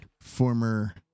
former